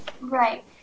Right